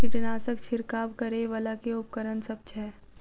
कीटनासक छिरकाब करै वला केँ उपकरण सब छै?